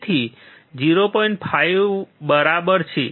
5 બરાબર છે